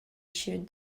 sheared